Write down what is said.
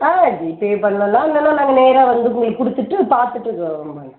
ஆ GPay பண்ணலாம் இல்லைன்னா நாங்கள் நேராக வந்து நே கொடுத்துட்டு பார்த்துட்டுக்கப்பறமா வாங்க்கிறோம்